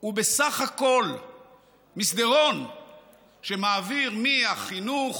הוא בסך הכול מסדרון שמעביר מהחינוך